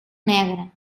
negra